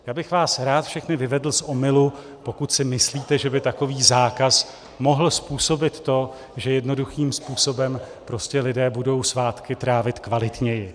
Já bych vás rád všechny vyvedl z omylu, pokud si myslíte, že by takový zákaz mohl způsobit to, že jednoduchým způsobem prostě lidé budou svátky trávit kvalitněji.